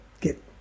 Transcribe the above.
get